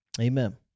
Amen